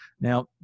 Now